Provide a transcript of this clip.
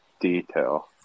detail